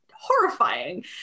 horrifying